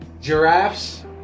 giraffes